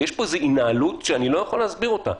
ואיש פה איזו התנהלות שאני לא יכול להסביר אותה,